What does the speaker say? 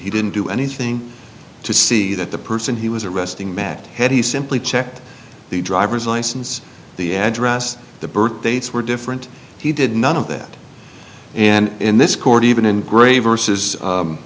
he didn't do anything to see that the person he was arresting mad head he simply checked the driver's license the address the birth dates were different he did none of that and in this court even in gray versus